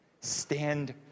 Stand